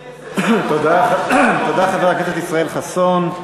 תודה, חבר הכנסת ישראל חסון.